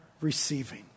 receiving